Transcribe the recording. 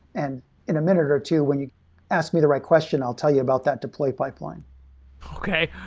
and in a minute or two, when you ask me the right question, i'll tell you about that deploy pipeline okay.